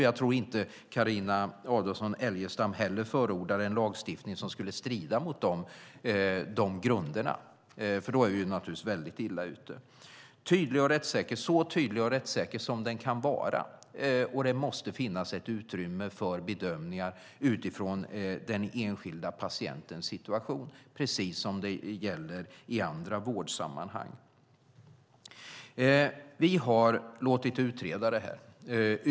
Jag tror inte att Carina Adolfsson Elgestam heller förordar en lagstiftning som skulle strida mot de grunderna, för då är vi naturligtvis väldigt illa ute. Tydlig och rättssäker, så tydlig och rättssäker som den kan vara, och det måste finnas ett utrymme för bedömningar utifrån den enskilda patientens situation, precis det som gäller i andra vårdsammanhang. Vi har låtit utreda detta.